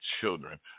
children